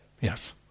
Yes